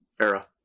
era